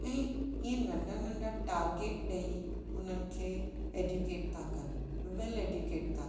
ऐई ईं नंडा नंडा टाग्रेट डेई हुननि खे ऐडुकेट त कनि वैल ऐडुकेट त कनि